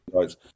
guys